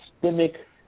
systemic